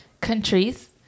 countries